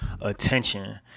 attention